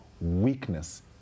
weakness